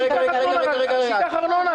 אני רק אומר לכם את האמת,